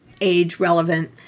age-relevant